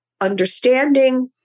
understanding